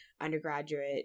undergraduate